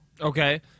Okay